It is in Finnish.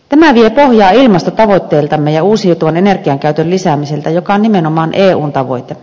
tämä vie pohjaa ilmastotavoitteiltamme ja uusiutuvan energian käytön lisäämiseltä joka on nimenomaan eun tavoite